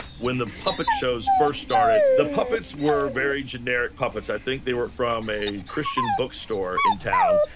when the puppet shows first started, the puppets were very generic puppets, i think they were from a christian bookstore in town.